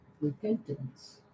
repentance